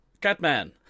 Catman